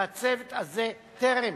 והצוות הזה טרם